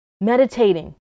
meditating